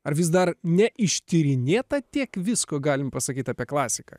ar vis dar neištyrinėta tiek visko galim pasakyt apie klasiką